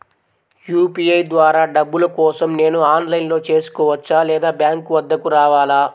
UPI ద్వారా డబ్బులు కోసం నేను ఆన్లైన్లో చేసుకోవచ్చా? లేదా బ్యాంక్ వద్దకు రావాలా?